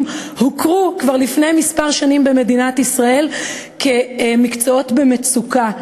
הוכרו כבר לפני כמה שנים במדינת ישראל כמקצועות במצוקה,